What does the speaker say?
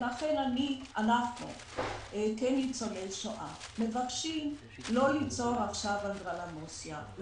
לכן אנחנו כניצולי שואה מבקשים לא ליצור עכשיו אנדרלמוסיה,